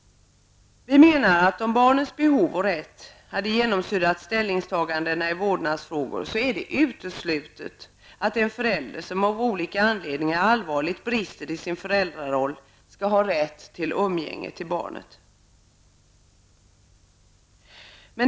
Vi menar att om barnens behov och rätt hade genomsyrat ställningstagandena i vårdnadsfrågor skulle det vara uteslutet att en förälder, som av olika anledningar allvarligt brister i sin föräldraroll, skall ha rätt till umgänge med barnet.